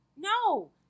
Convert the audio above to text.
No